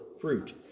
fruit